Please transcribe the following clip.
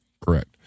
Correct